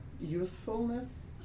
Usefulness